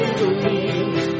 believe